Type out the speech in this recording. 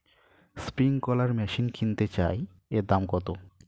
Sprinkler machine কিনতে চাই এর দাম কত?